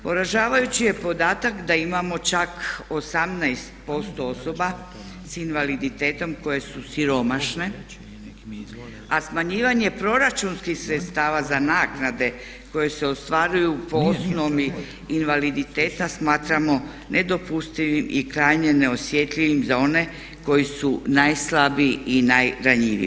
Poražavajući je podatak da imamo čak 18% osoba sa invaliditetom koje su siromašne, a smanjivanje proračunskih sredstava za naknade koje se ostvaruju po osnovi invaliditeta smatramo nedopustivim i krajnje neosjetljivim za one koji su najslabiji i najranjiviji.